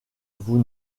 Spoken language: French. vous